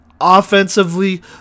offensively